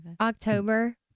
October